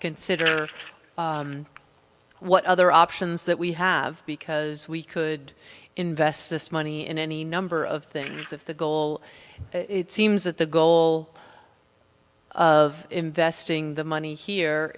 consider what other options that we have because we could invest this money in any number of things if the goal it seems that the goal of investing the money here